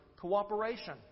cooperation